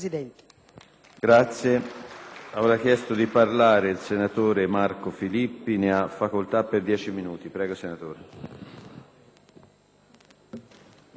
Grazie!